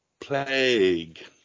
Plague